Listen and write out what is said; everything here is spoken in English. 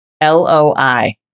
L-O-I